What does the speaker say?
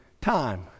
time